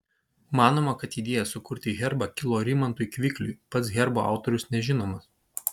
manoma kad idėja sukurti herbą kilo rimantui kvikliui pats herbo autorius nežinomas